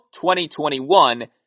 2021